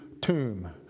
tomb